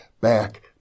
back